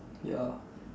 ya